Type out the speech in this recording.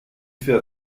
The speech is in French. fais